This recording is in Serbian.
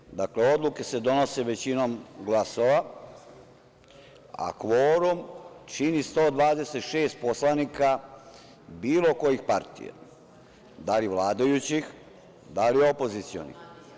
Kvorum, dakle, odluke se donose većinom glasova, a kvorum čini 126 poslanika bilo kojih partija, da li vladajućih, da li opozicionih.